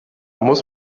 muss